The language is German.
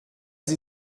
sie